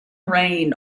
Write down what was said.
rain